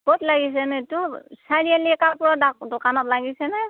ক'ত লাগিছেনো এইটো চাৰি আলিৰ কাপোৰৰ দোকানত লাগিছেনে